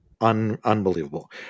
Unbelievable